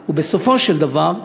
במדינה שוויונית.